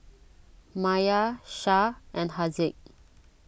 Maya Shah and Haziq